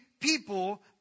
people